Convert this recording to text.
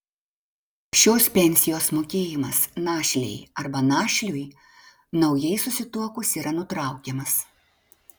šios pensijos mokėjimas našlei arba našliui naujai susituokus yra nutraukiamas